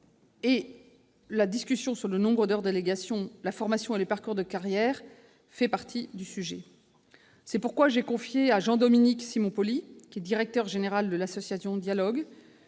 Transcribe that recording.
la discussion sur le nombre d'heures de délégation, la formation et les parcours de carrière font partie du sujet. C'est pourquoi j'ai confié à Jean-Dominique Simonpoli, directeur général de l'association Dialogues,